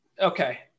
Okay